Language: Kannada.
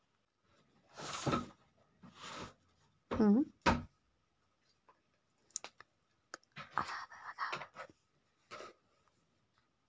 ತಿಪ್ಪಿಗೊಬ್ಬರ ಹೊಲಕ ಯೂಸ್ ಮಾಡಬೇಕೆನ್ ಮಾಡಬಾರದು?